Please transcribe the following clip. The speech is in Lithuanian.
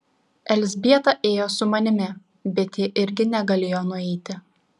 elzbieta ėjo su manimi bet ji irgi negalėjo nueiti